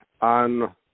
on